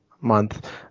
month